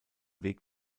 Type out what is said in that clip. weg